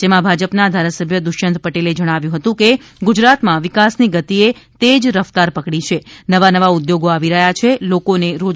જેમાં ભાજપના ધારાસભ્ય દુષ્યંત પટેલે જણાવ્યું હતું કે ગુજરાતમાં વિકાસની ગતિએ તેજ રફ્તાર પકડી છે નવા નવા ઉદ્યોગો આવી રહ્યા છે લોકોને રોજગારી મળી રહી છે